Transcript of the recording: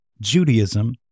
Judaism